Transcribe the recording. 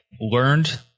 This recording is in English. learned